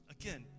Again